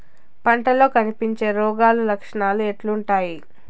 పంటల్లో కనిపించే రోగాలు లక్షణాలు ఎట్లుంటాయి?